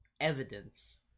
evidence